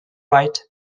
right